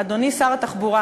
אדוני שר התחבורה